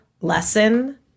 lesson